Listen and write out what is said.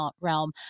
realm